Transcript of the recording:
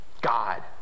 God